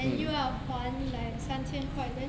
then 又要还 like 三千块 then